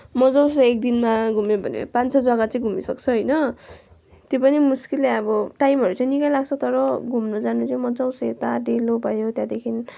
मजा आउँछ एक दिनमा घुम्नु भने पाँच छ जग्गा चाहिँ घुम्नुसक्छ होइन त्यो पनि मुस्किलले अब टाइमहरू चाहिँ निकै लाग्छ तर घुम्नु जानु चाहिँ मजा आउँछ यता डेलो भयो त्यहाँदेखि